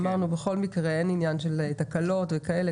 אמרנו שבכל מקרה אין פה עניין של תקלות וכיוצא בזה,